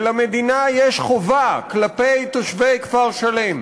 ולמדינה יש חובה כלפי תושבי כפר-שלם.